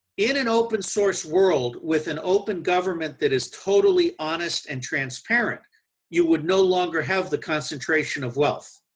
in an open source world with an open government that is totally honest and transparent you would no longer have the concentration of wealth.